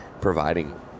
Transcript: providing